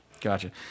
Gotcha